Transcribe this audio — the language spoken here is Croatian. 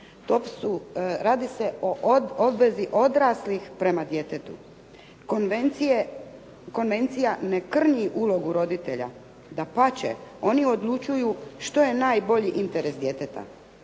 Radi se o obvezi odraslih prema djetetu. Konvencija ne krnji ulogu roditelja. Dapače, oni odlučuju što je najbolji interes djeteta.